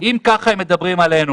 אם ככה הם מדברים עלינו